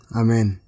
amen